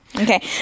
Okay